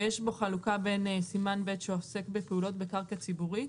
ויש בו חלוקה בין סימן ב' שעוסק בפעולות בקרקע ציבורית